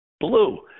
blue